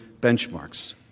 benchmarks